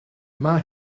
mae